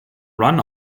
run